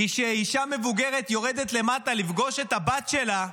כשאישה מבוגרת יורדת למטה לפגוש את הבת שלה,